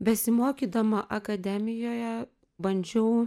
besimokydama akademijoje bandžiau